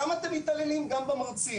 למה אתם מתעללים גם במרצים?